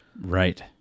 Right